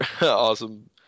awesome